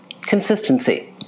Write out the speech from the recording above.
Consistency